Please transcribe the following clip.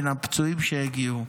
בין הפצועים שהגיעו.